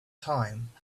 time